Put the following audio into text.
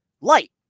Light